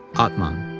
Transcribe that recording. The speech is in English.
atman,